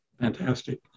Fantastic